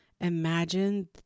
imagine